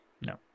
No